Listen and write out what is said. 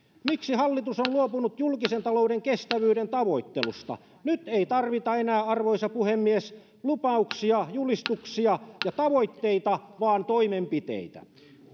miksi hallitus on on luopunut julkisen talouden kestävyyden tavoittelusta nyt ei tarvita enää arvoisa puhemies lupauksia julistuksia ja tavoitteita vaan toimenpiteitä